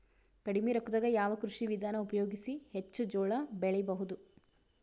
ಕಡಿಮಿ ರೊಕ್ಕದಾಗ ಯಾವ ಕೃಷಿ ವಿಧಾನ ಉಪಯೋಗಿಸಿ ಹೆಚ್ಚ ಜೋಳ ಬೆಳಿ ಬಹುದ?